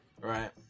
right